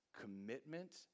commitment